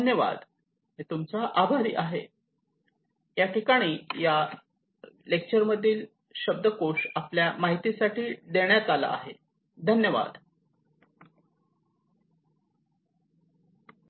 धन्यवाद मी तूमचा आभारी आहे